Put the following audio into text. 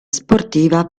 sportiva